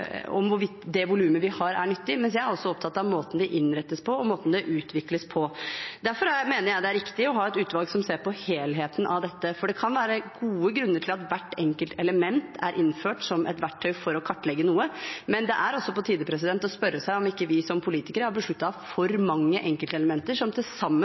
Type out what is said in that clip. hvorvidt det volumet vi har, er nyttig, mens jeg også er opptatt av måten det innrettes på, og måten det utvikles på. Derfor mener jeg det er riktig å ha et utvalg som ser på helheten av dette, for det kan være gode grunner til at hvert enkelt element er innført som et verktøy for å kartlegge noe, men det er også på tide å spørre seg om ikke vi som politikere har besluttet for mange enkeltelementer som til sammen